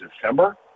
December